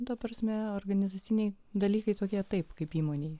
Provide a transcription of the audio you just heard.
ta prasme organizaciniai dalykai tokie taip kaip įmonei